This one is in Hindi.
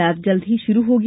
लैब जल्द ही शुरू होगी